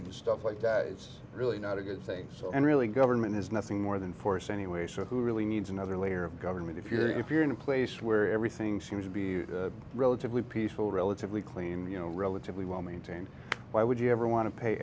and stuff like that it's really not a good say so and really government is nothing more than force anyway so who really needs another layer of government if you're if you're in a place where everything seems to be relatively peaceful relatively clean you know relatively well maintained why would you ever want to pay